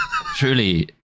Truly